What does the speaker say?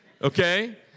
Okay